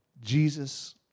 Jesus